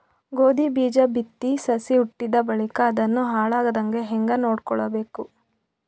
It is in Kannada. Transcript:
ಗೋಧಿ ಬೀಜ ಬಿತ್ತಿ ಸಸಿ ಹುಟ್ಟಿದ ಬಳಿಕ ಅದನ್ನು ಹಾಳಾಗದಂಗ ಹೇಂಗ ಕಾಯ್ದುಕೊಳಬೇಕು?